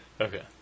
Okay